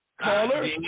Caller